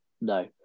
No